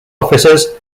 officers